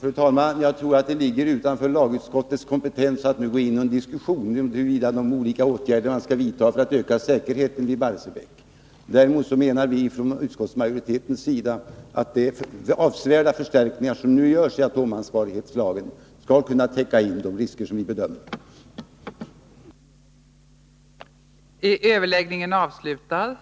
Fru talman! Jag tror att det ligger utanför lagutskottets kompetens att nu gå in i någon diskussion om de olika åtgärder som skall vidtas för att öka säkerheten i Barsebäck. Däremot menar vi från utskottsmajoritetens sida att de avsevärda förstärkningar som ändringarna i atomansvarighetslagen medför skall kunna täcka de risker vi bedömer kan